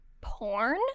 porn